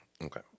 Okay